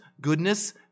goodness